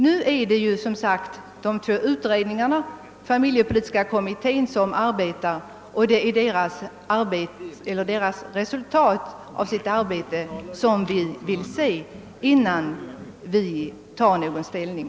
Nu vill vi se resultatet av de två utredningarna — familjepolitiska kom mittén och familjeskatteberedningen — innan vi tar ställning.